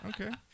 Okay